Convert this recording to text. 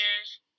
years